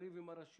שיריב עם הרשויות,